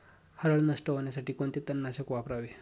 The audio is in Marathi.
हरळ नष्ट होण्यासाठी कोणते तणनाशक वापरावे?